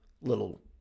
little